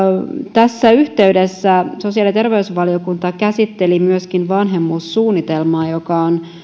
tässä yhteydessä sosiaali ja terveysvaliokunta käsitteli myöskin vanhemmuussuunnitelmaa joka on